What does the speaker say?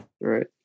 right